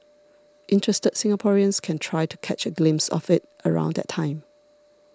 interested Singaporeans can try to catch a glimpse of it around that time